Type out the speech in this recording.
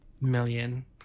million